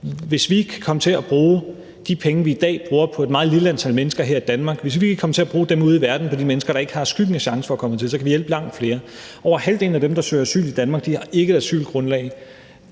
Hvis vi kan komme til at bruge de penge, vi i dag bruger på et lille antal mennesker her i Danmark, ude i verden på de mennesker, der ikke har skyggen af chance for at komme hertil, så kan vi hjælpe langt flere. Over halvdelen af dem, der søger asyl i Danmark, har ikke et asylgrundlag,